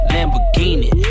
Lamborghini